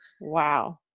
wow